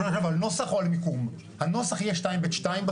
זה אומר שלמעשה כרגע יש לנו מימון של המדינה של 22 מיליון.